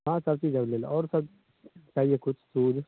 हाँ सब चीज़ अवलेबल और सब चाहिए कुछ और